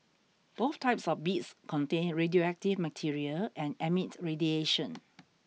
both types of beads contain radioactive material and emit radiation